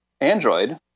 Android